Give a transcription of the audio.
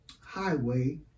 highway